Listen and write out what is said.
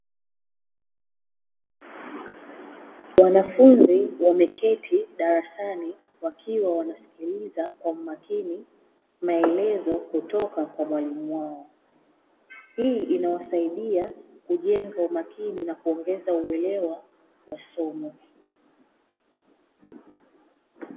Wanafunzi wameketi darasani, wakiwa wanasikiliza kwa umakini maelezo kutoka kwa mwalimu wao. Hii inawasaidia kujenga umakini na kuongeza uelewa wa somo.